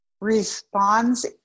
responds